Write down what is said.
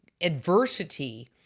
adversity